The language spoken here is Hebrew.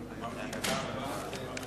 ייערכו באוקראינה בחירות לנשיאות